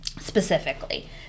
Specifically